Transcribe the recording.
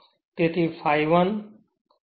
તેથી ∅ I L ∅ થશે